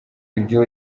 ibyo